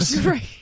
Right